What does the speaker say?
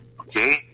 okay